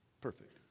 perfect